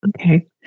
Okay